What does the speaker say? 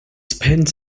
spent